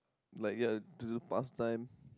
like ya to do pastime